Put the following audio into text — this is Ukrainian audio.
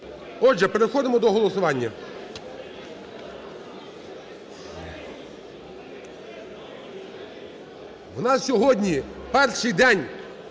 Отже, переходимо до голосування. У нас сьогодні перший день